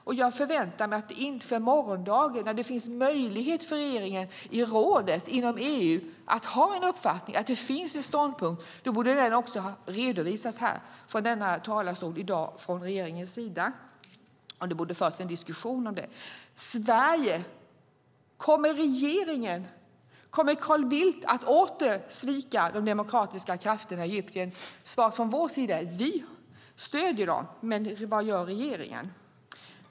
Jag har förväntat mig att denna ståndpunkt inför morgondagen, när det finns möjlighet för regeringen att i rådet i EU ha en uppfattning, borde ha redovisats här i dag. Det borde ha förts en diskussion. Kommer Sveriges regering och Carl Bildt åter att svika de demokratiska krafterna i Egypten? Svaret från vår sida är att vi stöder dem. Men vad gör regeringen?